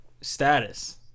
status